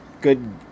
Good